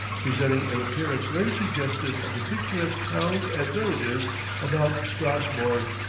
presenting an appearance very suggestive of the picturesque towns and villages about strasburg.